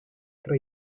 tre